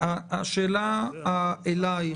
השאלה אלייך.